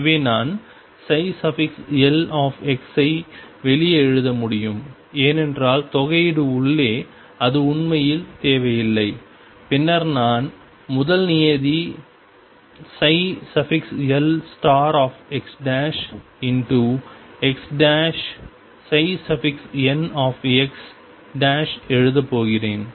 எனவே நான் l ஐ வெளியே எழுத முடியும் ஏனென்றால் தொகையீடு உள்ளே அது உண்மையில் தேவையில்லை பின்னர் நான் முதல் நியதி lxxnx எழுதப் போகிறேன்